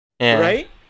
right